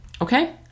okay